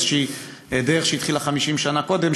איזושהי דרך שהתחילה 50 שנה קודם,